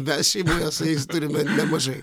mes šeimoje su jais turime nemažai